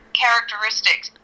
characteristics